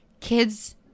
kids